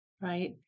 Right